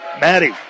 Maddie